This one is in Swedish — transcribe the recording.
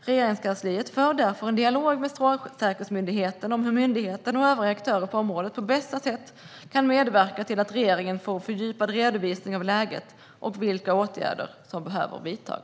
Regeringskansliet för därför en dialog med Strålsäkerhetsmyndigheten om hur myndigheten och övriga aktörer på området på bästa sätt kan medverka till att regeringen får en fördjupad redovisning av läget och vilka åtgärder som behöver vidtas.